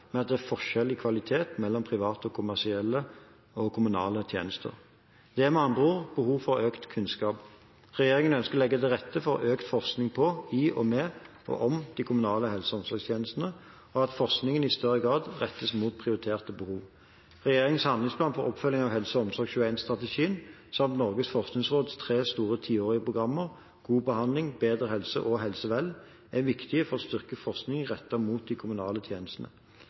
at det er forskjeller i kvalitet mellom private kommersielle og kommunale tjenester.» Det er med andre ord behov for økt kunnskap. Regjeringen ønsker å legge til rette for økt forskning på, i, med og om de kommunale helse- og omsorgstjenestene, og for at forskningen i større grad rettes mot prioriterte behov. Regjeringens handlingsplan for oppfølging av HelseOmsorg2l-strategien, samt Norges forskningsråds tre store l0-årige programmer – BEHANDLING, BEDREHELSE og HELSEVEL – er viktige for å styrke forskningen rettet mot de kommunale tjenestene.